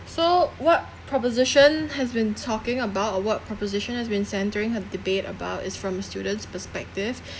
so what proposition has been talking about what proposition has been centering her debate about is from students' perspective